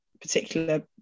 particular